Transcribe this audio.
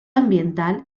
ambiental